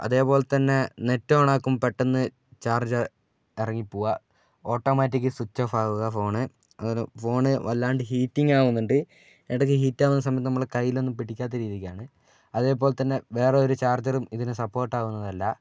അതേപോലെതന്നെ നെറ്റ് ഓണാക്കുമ്പോൾ പെട്ടന്ന് ചാർജ് ഇറങ്ങിപോവുക ഓട്ടോമാറ്റിക് സ്വിച്ച് ഓഫാകുക ഫോണ് ഫോണ് വല്ലാണ്ട് ഹീറ്റിങ്ങാവുന്നുണ്ട് ഇടയ്ക്കു ഹീറ്റാവുന്ന സമയം നമ്മളെ കയ്യിലൊന്നും പിടിക്കാത്ത രീതിക്കാണ് അതേപോലെതന്നെ വേറൊരു ചാർജറും ഇതിനു സപ്പോട്ടാവുന്നതല്ല